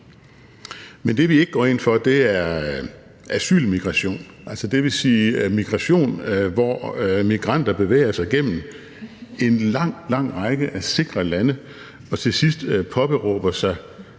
Men det, vi ikke går ind for, er asylmigration – dvs. migration, hvor migranter bevæger sig gennem en lang, lang række sikre lande og til sidst påberåber sig